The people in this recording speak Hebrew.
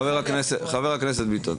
חבר הכנסת ביטון,